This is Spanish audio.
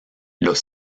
los